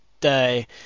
day